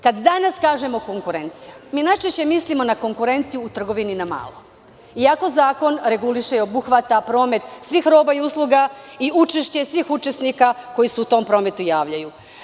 Kada danas kažemo konkurencija najčešće mislimo na konkurenciju u trgovini na malo iako zakon reguliše i obuhvata promet svih roba i usluga i učešće svih učesnika koji se u tom prometu javljaju.